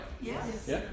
Yes